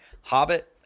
Hobbit